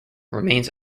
remains